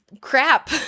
crap